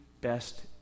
best